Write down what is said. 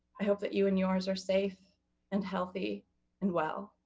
i hope that you and yours are safe and healthy and well.